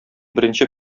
беренче